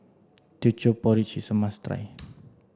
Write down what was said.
Teochew Porridge is a must try